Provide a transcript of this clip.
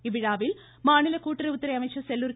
இவ்விழாவில் மாநில கூட்டுறவுத்துறை அமைச்சர் செல்லூர்